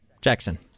Jackson